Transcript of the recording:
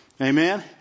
Amen